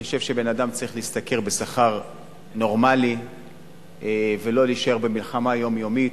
אני חושב שאדם צריך להשתכר שכר נורמלי ולא להישאר במלחמה יומיומית,